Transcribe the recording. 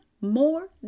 more